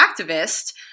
activist